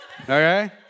Okay